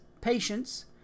patience